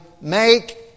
make